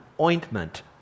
ointment